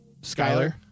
Skyler